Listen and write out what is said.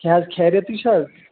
کیاہ حظ خیریتی چھِ حظ